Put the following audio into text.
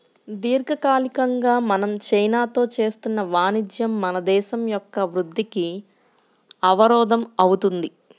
దీర్ఘకాలికంగా మనం చైనాతో చేస్తున్న వాణిజ్యం మన దేశం యొక్క వృద్ధికి అవరోధం అవుతుంది